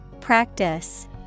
practice